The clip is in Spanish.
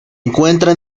encuentra